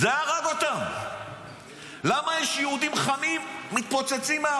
זה הרג אותם, למה יש יהודים חמים, מתפוצצים.